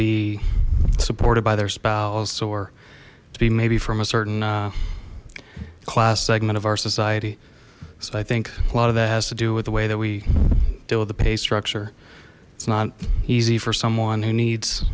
be supported by their spouse or to be maybe from a certain class segment of our society so i think a lot of that has to do with the way that we deal with the pay structure it's not easy for someone who needs